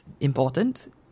important